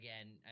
again